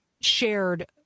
shared